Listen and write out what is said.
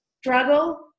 struggle